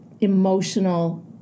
emotional